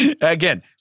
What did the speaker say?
Again